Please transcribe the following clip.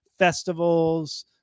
festivals